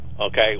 Okay